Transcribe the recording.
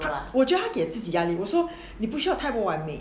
我觉得她给自己压力我说你不需要太过完美